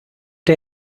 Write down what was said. der